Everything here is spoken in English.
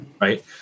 Right